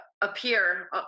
appear